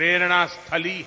प्रेरणा स्थली है